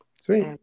Sweet